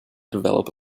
develop